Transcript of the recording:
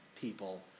people